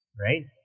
right